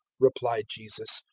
replied jesus,